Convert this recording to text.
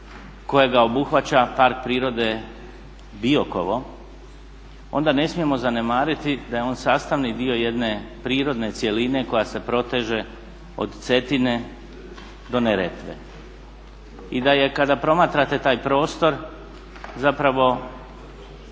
kojega obuhvaća Park prirode Biokovo, onda ne smijemo zanemariti da je on sastavni dio jedne prirodne cjeline koja se proteže od Cetine do Neretve. I da je kada promatrate taj prostor zapravo